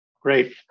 Great